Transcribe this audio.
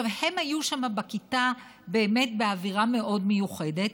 הם היו שם בכיתה באמת באווירה מאוד מיוחדת,